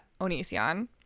Onision